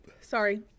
sorry